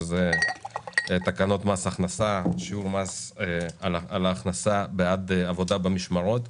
שזה תקנות מס הכנסה (שיעור מס על הכנסה בעד עבודה במשמרות).